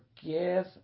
forgive